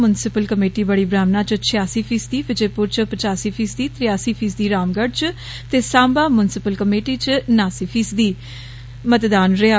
municipal committee Bari Brahmana च छयासी फीसदी विजयपुर च पचासी फीसदी त्रेयासी फीसदी रामगढ़ च ते सांबा म्युनिसिपल कमेटी च नासी फीसदी मतदान रेहा